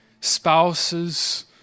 spouses